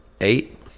Eight